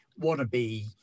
wannabe